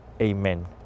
Amen